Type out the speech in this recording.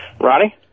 ronnie